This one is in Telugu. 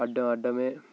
అడ్డం అడ్డమే